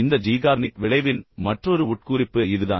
இந்த ஜீகார்னிக் விளைவின் மற்றொரு உட்குறிப்பு இதுதான்